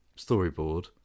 storyboard